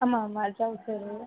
ஆமாம் ஆமாம் ட்ரவுசரு